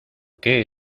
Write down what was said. qué